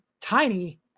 Tiny